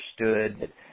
understood